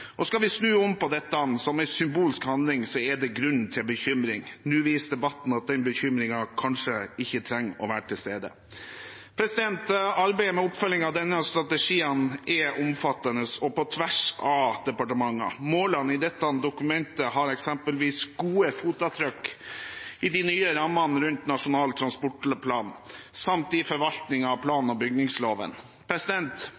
Skal vi snu om på dette som en symbolsk handling, er det grunn til bekymring. Nå viser debatten at den bekymringen kanskje ikke trenger å være til stede. Arbeidet med oppfølging av denne strategien er omfattende og på tvers av departementer. Målene i dette dokumentet har eksempelvis gode fotavtrykk i de nye rammene rundt Nasjonal transportplan samt i forvaltningen av plan-